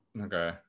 Okay